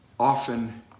often